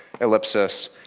ellipsis